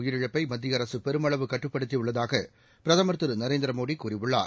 உயிரிழப்பை மத்திய அரசு பெருமளவு கட்டுப்படுத்தியுள்ளதாக பிரதமர் திரு நரேந்திர மோடி கூறியுள்ளார்